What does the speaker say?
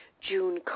June